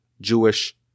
Jewish